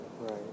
Right